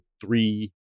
three